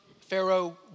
Pharaoh